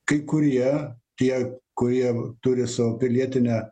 kai kurie tie kurie turi savo pilietinę